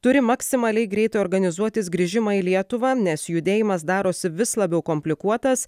turi maksimaliai greitai organizuotis grįžimą į lietuvą nes judėjimas darosi vis labiau komplikuotas